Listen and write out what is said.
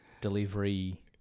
delivery